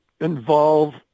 involve